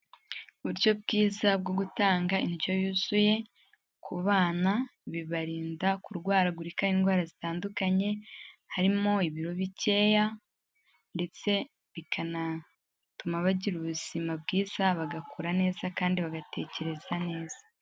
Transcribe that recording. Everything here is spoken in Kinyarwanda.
Uburyo bwiza bwo gutanga indyo yuzuye ku bana, bibarinda kurwaragurika indwara zitandukanye, harimo ibiro bikeya ndetse bikanatuma bagira ubuzima bwiza, bagakura neza kandi bagatekereza neza.